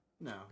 No